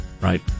Right